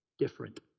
different